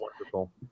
wonderful